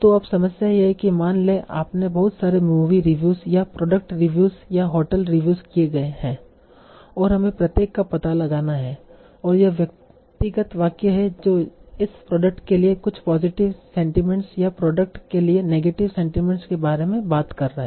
तो अब समस्या यह है कि मान लें आपने बहुत सारे मूवी रिव्यू या प्रोडक्ट रिव्यू या होटल रिव्यू दिए गए हैं और हमें प्रत्येक का पता लगाना है और यह व्यक्तिगत वाक्य है जो इस प्रोडक्ट के लिए कुछ पॉजिटिव सेंटीमेंट्स या प्रोडक्ट के लिए नेगेटिव सेंटीमेंट्स के बारे में बात कर रहा है